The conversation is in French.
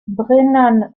brennan